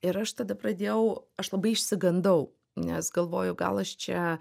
ir aš tada pradėjau aš labai išsigandau nes galvoju gal aš čia